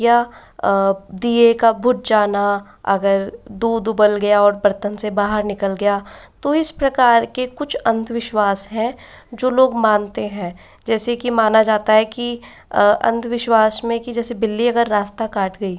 या दिए का बुझ जाना अगर दूध उबाल गया और बर्तन से बाहर निकल गया तो इस प्रकार के कुछ अन्धविश्वास हैं जो लोग मानते हैं जैसे कि मन जाता है कि अंधविश्वास में कि जैसे बिल्ली अगर रास्ता काट गई